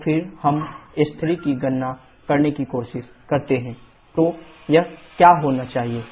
तो फिर हम s3 की गणना करने की कोशिश करते हैं s2s3 तो यह क्या होना चाहिए